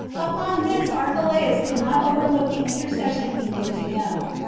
upon this archelaus did not overlook the intercession he made to him,